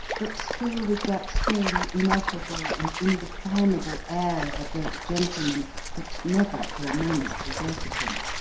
but still with that same ineffable and indefinable air of a great gentleman that never for a moment deserted him.